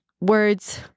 words